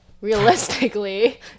realistically